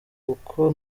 kuko